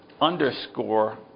underscore